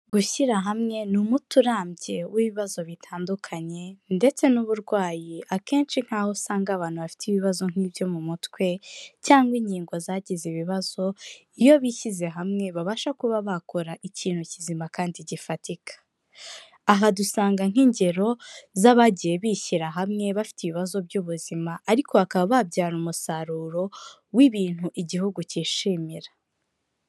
Gushyira hamwe ni umuti urambye w'ibibazo bitandukanye ndetse n'uburwayi, akenshi nkaho usanga abantu bafite ibibazo nk'ibyo mu mutwe cyangwa ingingo zagize ibibazo, iyo bishyize hamwe babasha kuba bakora ikintu kizima kandi gifatika, aha dusanga nk'ingero z'abagiye bishyira hamwe bafite ibibazo by'ubuzima ariko bakaba babyara umusaruro w'ibintu igihugu kishimira.